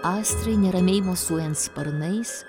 astrai neramiai mosuojant sparnais